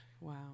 Wow